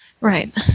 Right